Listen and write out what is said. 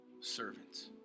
servants